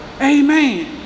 amen